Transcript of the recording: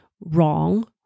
wrong